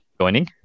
joining